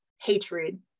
hatred